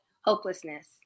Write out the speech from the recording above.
hopelessness